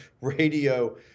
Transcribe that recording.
radio